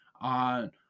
on